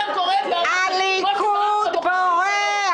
הליכוד בורח.